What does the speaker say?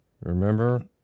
Remember